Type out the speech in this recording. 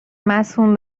مصون